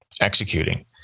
executing